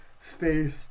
space